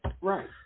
Right